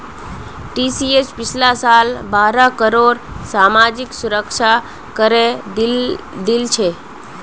TCS पिछला साल बारह करोड़ सामाजिक सुरक्षा करे दिल छिले